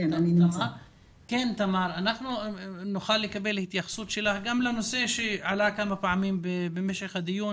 נוכל לקבל התייחסות שלך גם לנושא שעלה כמה פעמים במשך הדיון